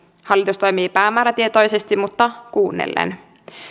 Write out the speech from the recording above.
hallitus toimii päämäärätietoisesti mutta kuunnellen